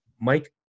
Mike